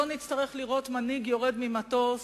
לא נצטרך לראות מנהיג יורד ממטוס,